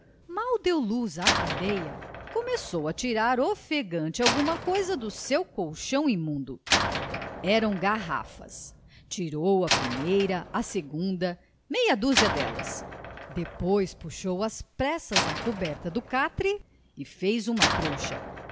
mal deu luz à candeia começou a tirar ofegante alguma coisa do seu colchão imundo eram garrafas tirou a primeira a segunda meia dúzia delas depois puxou às pressas a coberta do catre e fez uma trouxa